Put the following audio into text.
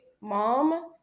mom